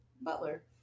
Butler